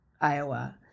Iowa